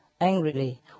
angrily